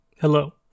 hello